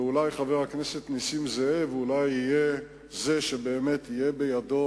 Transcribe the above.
ואולי חבר הכנסת נסים זאב יהיה זה שתהיה בידו